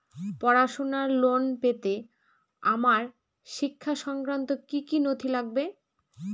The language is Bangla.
পড়াশুনোর লোন পেতে আমার শিক্ষা সংক্রান্ত কি কি নথি লাগবে?